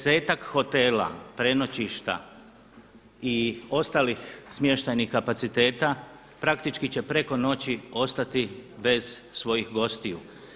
10-ak hotela, prenoćišta i ostalih smještajnih kapaciteta praktički će preko noći ostati bez svojih gostiju.